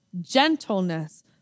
gentleness